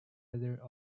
other